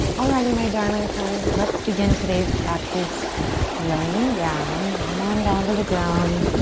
alrighty, my darling friends, let's begin today's practice laying down. come on down to the ground.